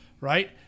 right